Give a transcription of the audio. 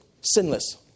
sinless